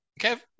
Kev